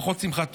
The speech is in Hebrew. פחות שמחת תורה,